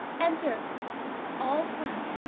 enter all's well.